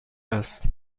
است